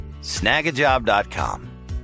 Snagajob.com